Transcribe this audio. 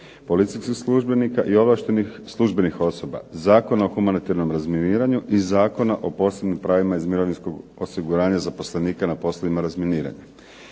policijskih službenika i ovlaštenih službenih osoba, Zakona o humanitarnom razminiranju i Zakona o posebnim pravima iz mirovinskog osiguranja zaposlenika na poslovima razminiranja.